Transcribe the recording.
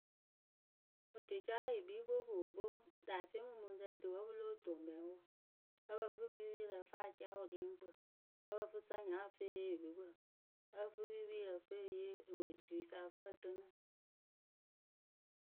Otucaa yɨ kpii kpokpokpo daŋsiemumuŋrǝ ŋrǝ wǝ́ pɨ lóo toŋ mɛŋwǝ ǝ pǝ fɨ bipirǝ ǝ fǝ acaa wɨriekpǝ. Ǝ pǝ fɨ sanyaa ǝ fɨ eyee oyupǝ ǝ fɨ pipiyǝ ǝ fɨ eyee ewetuyǝ sa ǝ fɨ ǝtɨnɨ.